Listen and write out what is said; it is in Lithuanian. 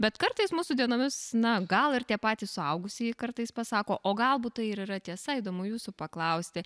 bet kartais mūsų dienomis na gal ir tie patys suaugusieji kartais pasako o galbūt tai ir yra tiesa įdomu jūsų paklausti